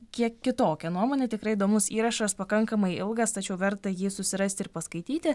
kiek kitokią nuomonę tikrai įdomus įrašas pakankamai ilgas tačiau verta jį susirasti ir paskaityti